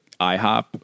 IHOP